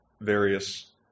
various